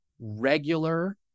regular